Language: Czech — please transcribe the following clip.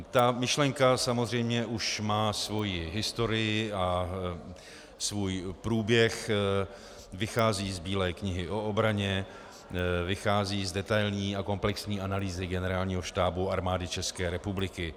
Ta myšlenka samozřejmě už má svoji historii a svůj průběh, vychází z Bílé knihy o obraně, vychází z detailní a komplexní analýzy Generálního štábu Armády České republiky.